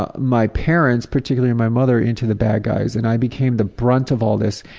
ah my parents, particularly my mother, into the bad guys. and i became the brunt of all this.